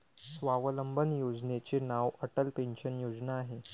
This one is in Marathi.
स्वावलंबन योजनेचे नाव अटल पेन्शन योजना आहे